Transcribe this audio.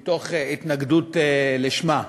מתוך התנגדות לשמה,